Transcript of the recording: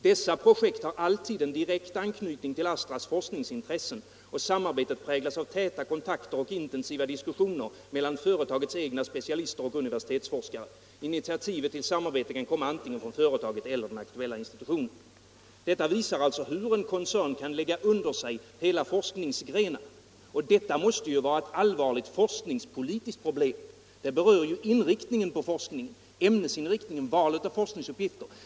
Dessa projekt har alltid en direkt anknytning till ASTRAS forskningsintressen och samarbetet präglas av täta kontakter och intensiva diskussioner mellan företagets egna specialister och universitetsforskare. Initiativet till samarbetet kan komma antingen från företaget eller den aktuella institutionen.” Detta visar alltså hur en koncern kan lägga under sig hela forskningsgrenar, och detta måste vara ett allvarligt forskningspolitiskt problem. Det rör ju forskningens ämnesinriktning och valet av forskningsuppgifter.